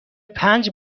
پنج